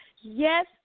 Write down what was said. Yes